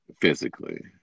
physically